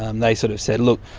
um they sort of said, look,